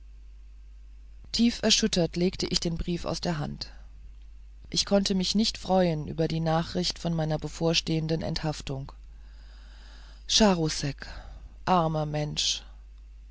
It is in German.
tief erschüttert legte ich den brief aus der hand ich konnte mich nicht freuen über die nachricht von meiner bevorstehenden enthaftung charousek armer mensch